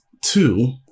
two